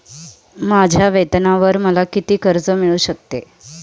माझ्या वेतनावर मला किती कर्ज मिळू शकते?